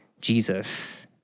Jesus